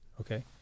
Okay